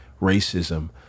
racism